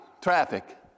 traffic